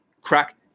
crack